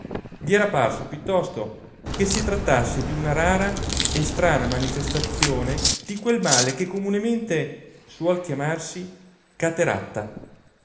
gli era parso piuttosto che si trattasse dl una rara e strana manifestazione di quel male che comunemente suol chiamarsi cateratta